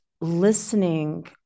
listening